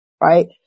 right